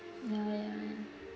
ya ya ya